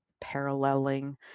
paralleling